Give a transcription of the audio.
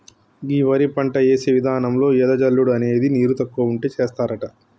గీ వరి పంట యేసే విధానంలో ఎద జల్లుడు అనేది నీరు తక్కువ ఉంటే సేస్తారట